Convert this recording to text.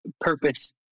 purpose